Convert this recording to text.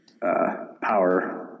power